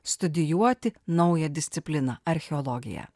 studijuoti naują discipliną archeologiją